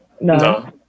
No